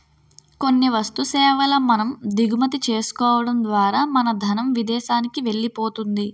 కొన్ని వస్తు సేవల మనం దిగుమతి చేసుకోవడం ద్వారా మన ధనం విదేశానికి వెళ్ళిపోతుంది